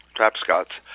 Trapscott's